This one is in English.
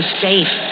safe